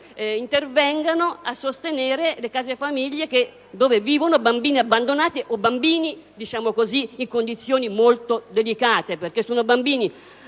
intervengano a sostenere le case famiglia dove vivono bambini abbandonati o bambini che versano in condizioni molto delicate (perché abbandonati